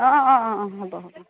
অঁ অঁ অঁ অঁ হ'ব হ'ব